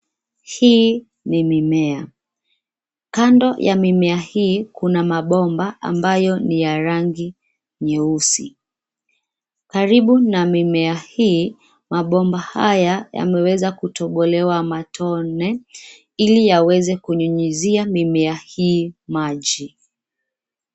Hii ni mimea. Kando ya mimea hii kuna mabomba ambayo ni ya rangi nyeusi. Karibu na mimea hii, mabomba haya yameweza kutobolewa matone, ili yaweze kunyunyizia mimea hii maji.